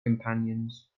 companions